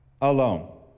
alone